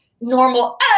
normal